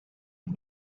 and